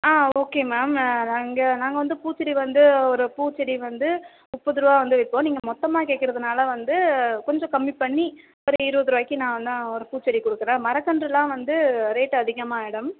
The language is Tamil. ஆ ஓகே மேம் நான் இங்கே நாங்கள் வந்து பூச்செடி வந்து ஒரு பூச்செடி வந்து முப்பதுரூவா வந்து விற்போம் நீங்கள் மொத்தமாக கேட்குறதுனால வந்து கொஞ்சம் கம்மி பண்ணி ஒரு இருபதுருவாய்க்கி நான் தான் ஒரு பூச்செடி கொடுக்குறேன் மரக்கன்றுலாம் வந்து ரேட் அதிகமாக மேடம்